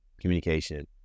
communication